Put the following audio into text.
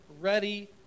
ready